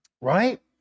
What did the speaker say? Right